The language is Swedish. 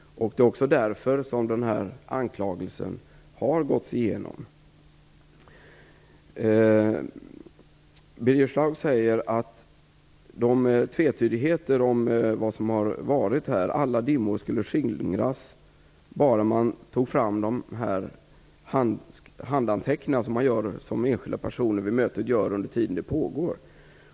Det är också därför som denna anklagelse har gåtts igenom. Birger Schlaug säger, angående tvetydigheterna kring det som har hänt, att alla dimmor skulle skingras om man bara tog fram de handskrivna anteckningar som enskilda personer har gjort under den tid som mötet pågick.